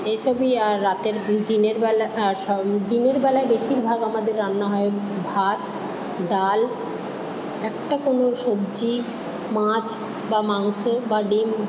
এইসবই আর রাতের দিনের বেলায় আর দিনের বেলায় বেশিরভাগ আমাদের রান্না হয় ভাত ডাল একটা কোনো সবজি মাছ বা মাংস বা ডিম